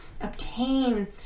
obtain